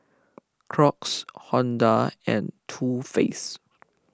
Crocs Honda and Too Faced